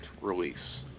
release